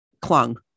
clung